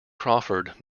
crawford